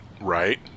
right